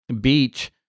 beach